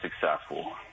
successful